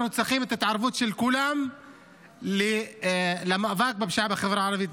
אנחנו צריכים את ההתערבות של כולם במאבק בפשיעה בחברה הערבית.